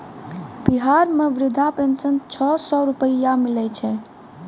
बिहार मे वृद्धा पेंशन छः सै रुपिया मिलै छै